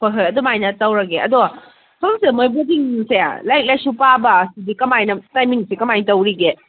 ꯍꯣꯏ ꯍꯣꯏ ꯑꯗꯨꯃꯥꯏꯅ ꯇꯧꯔꯒꯦ ꯑꯗꯣ ꯍꯧꯖꯤꯛꯁꯦ ꯃꯣꯏ ꯕꯣꯔꯗꯤꯡꯁꯦ ꯂꯥꯏꯔꯤꯛ ꯂꯥꯏꯁꯨ ꯄꯥꯕ ꯑꯁꯤꯗꯤ ꯀꯃꯥꯏꯅ ꯇꯥꯏꯃꯤꯡꯁꯦ ꯀꯃꯥꯏꯅ ꯇꯧꯔꯤꯒꯦ